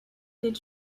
did